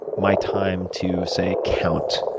my time to, say, count,